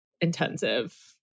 intensive